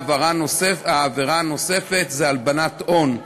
והעבירה הנוספת היא הלבנת הון.